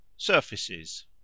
surfaces